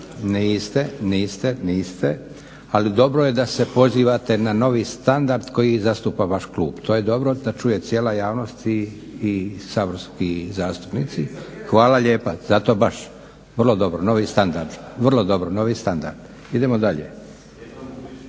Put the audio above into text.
ni sada. niste, ali dobro je da se pozivate na novi standard koji zastupa vaš klub. To je dobro da čuje cijela javnost i saborski zastupnici. Hvala lijepa. Zato baš vrlo dobro, novi standard. Idemo dalje.